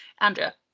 Andrea